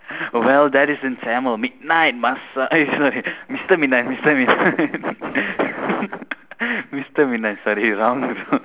well that is in tamil midnight master eh sorry mister midnight mister midnight mister midnight sorry wrong